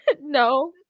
no